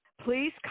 please